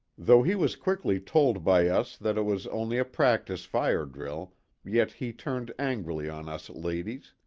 though he was quickly told by us that it was only a practice fire-drill yet he turned angrily on us ladies